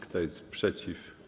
Kto jest przeciw?